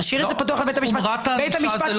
חומרת הענישה?